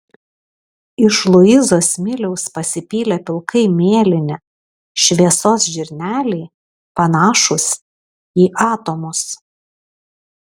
iš luizos smiliaus pasipylę pilkai mėlyni šviesos žirneliai panašūs į atomus